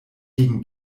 gegen